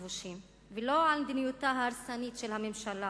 הכבושים ולא על מדיניותה ההרסנית של הממשלה